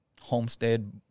homestead